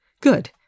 Good